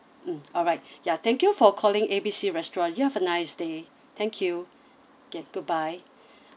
mm alright ya thank you for calling A B C restaurant you have a nice day thank you ya goodbye